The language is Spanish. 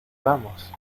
vamos